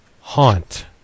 Haunt